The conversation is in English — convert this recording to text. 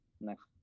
next